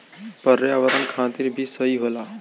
पर्यावरण खातिर भी सही होला